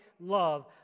love